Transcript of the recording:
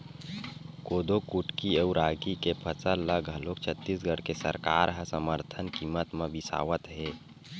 कोदो कुटकी अउ रागी के फसल ल घलोक छत्तीसगढ़ के सरकार ह समरथन कीमत म बिसावत हे